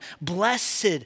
Blessed